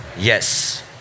Yes